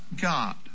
God